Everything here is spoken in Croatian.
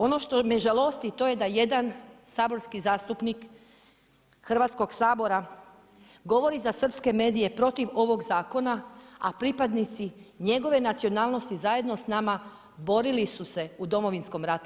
Ono što me žalosti to je da jedan saborski zastupnik Hrvatskog sabora govori za srpske medije protiv ovog zakona, a pripadnici njegove nacionalnosti zajedno s nama borili su se u Domovinskom ratu.